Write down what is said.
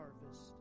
harvest